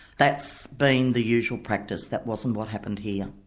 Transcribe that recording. that's been the usual practice. that wasn't what happened here.